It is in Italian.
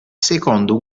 secondo